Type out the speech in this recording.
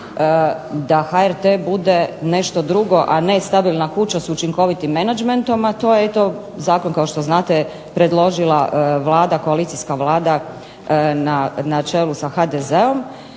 da HRT bude nešto drugo, a ne stabilna kuća s učinkovitim menadžmentom, a to eto zakon kao što znate je predložila Vlada, koalicijska Vlada na čelu sa HDZ-om